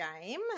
Game